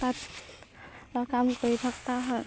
তাঁতশালত কাম কৰি থকা হয়